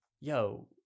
yo